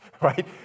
right